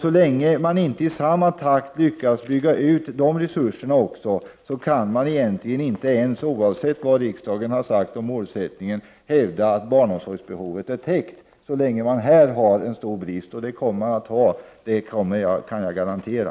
Så länge man inte lyckas bygga ut de resurserna i samma takt kan man egentligen inte, oavsett vad riksdagen har sagt om målsättningen, hävda att barnomsorgsbehovet är täckt, när det är en stor brist. Det kommer att vara en stor brist — det kan jag garantera.